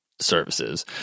Services